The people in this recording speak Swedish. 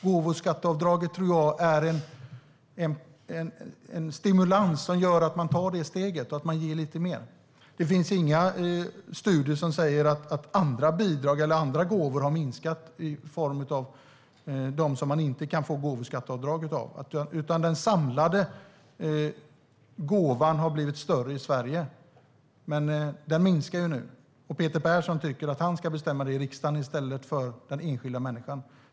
Gåvoskatteavdraget är en stimulans som gör att man tar det steget och ger lite mer. Det finns inga studier som säger att andra bidrag eller gåvor har minskat, alltså de som man inte kan göra avdrag för. Den samlade gåvan i Sverige har blivit större, men den minskar nu. Och Peter Persson tycker att han i riksdagen ska bestämma över detta i stället för den enskilda människan.